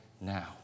now